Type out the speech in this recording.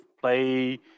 play